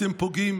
אתם פוגעים